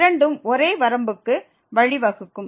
இரண்டும் ஒரே வரம்புக்கு வழிவகுக்கும்